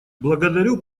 благодарю